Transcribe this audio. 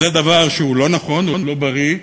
זה דבר שהוא לא נכון, הוא לא בריא,